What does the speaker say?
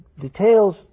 details